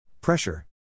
Pressure